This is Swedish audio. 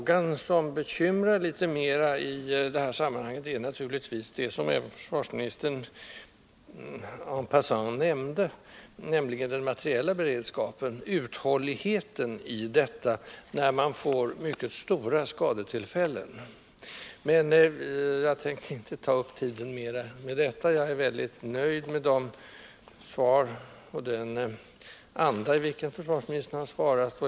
Vad som bekymrar mig litet mera i det här sammanhanget är det som försvarsministern en passant nämnde, nämligen frågan om den materiella beredskapen, och jag tänker då på uthålligheten i denna vid mycket stora skadetillfällen. Jag vill emellertid inte ta upp tiden med detta, utan är mycket nöjd med de svar jag har fått och med den anda i vilken försvarsministern har svarat.